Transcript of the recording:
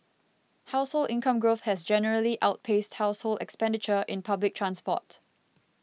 household income growth has generally outpaced household expenditure in public transport